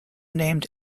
named